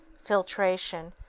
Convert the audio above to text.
filtration,